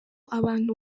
abantu